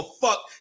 fuck